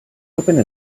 opened